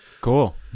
cool